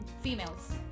females